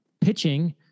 pitching